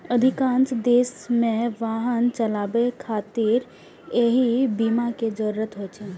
अधिकांश देश मे वाहन चलाबै खातिर एहि बीमा के जरूरत होइ छै